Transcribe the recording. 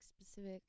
specific